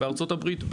בארצות הברית,